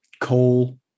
coal